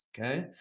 okay